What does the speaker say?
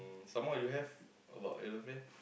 um some more you have about your girlfriend